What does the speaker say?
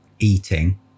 eating